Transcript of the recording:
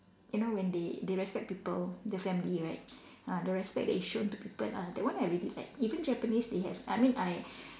you know when they they respect people the family right ah the respect that they shown to people ah that one I really like even Japanese they have I mean I